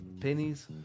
pennies